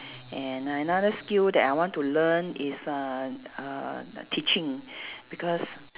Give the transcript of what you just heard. and another skill that I want to learn is uh uh teaching because